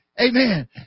Amen